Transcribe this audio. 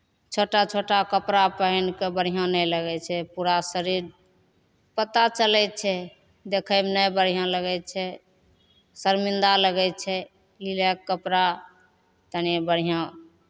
छोटा छोटा कपड़ा पहिन कऽ बढ़िआँ नहि लगै छै पूरा शरीर पता चलै छै देखैमे नहि बढ़िआँ लगै छै शर्मिंदा लगै छै ई लए कपड़ा तनि बढ़िआँ